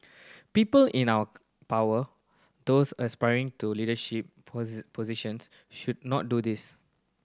people in our power those aspiring to leadership positions should not do this